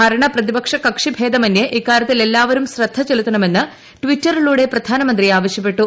ഭരണ പ്രതിപക്ഷ കക്ഷി ഭേദമന്യേ ഇക്കാര്യത്തിൽ എല്ലാവരും ശ്രദ്ധചെലുത്തണമെന്ന് ട്വിറ്ററിലൂടെ പ്രധാനമന്ത്രി ആവശ്യപ്പെട്ടു